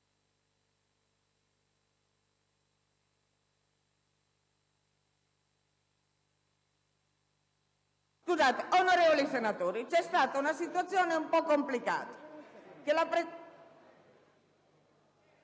finestra"). Onorevoli senatori, vi è stata una situazione un po' complicata.